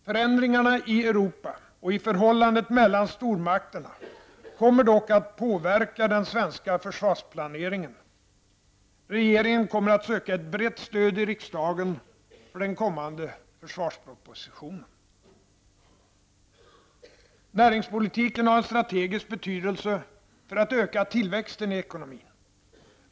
Förändringarna i Europa och i förhållandet mellan stormakterna kommer dock att påverka den svenska försvarsplaneringen. Regeringen kommer att söka ett brett stöd i riksdagen för den kommande försvarspropositionen. Näringspolitiken har en strategisk betydelse för att öka tillväxten i ekonomin.